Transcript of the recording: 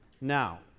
Now